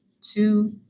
two